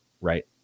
Right